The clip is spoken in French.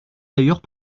d’ailleurs